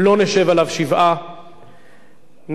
נחגוג את לידתו של דוח לוי.